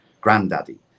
granddaddy